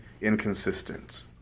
inconsistent